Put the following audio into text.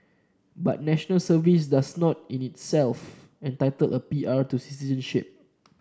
but National Service does not in itself entitle a P R to citizenship